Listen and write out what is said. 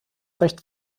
recht